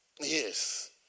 Yes